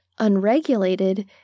Unregulated